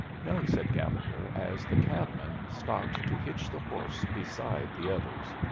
no, said gallegher, as the cabman stopped to hitch the horse beside the others,